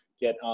get